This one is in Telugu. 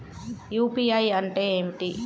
యూ.పీ.ఐ అంటే ఏమిటి?